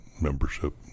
membership